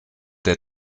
der